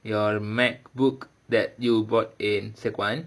your Mac book that you bought in secondary one